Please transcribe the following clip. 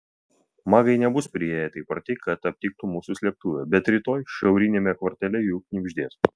magai nebus priėję taip arti kad aptiktų mūsų slėptuvę bet rytoj šiauriniame kvartale jų knibždės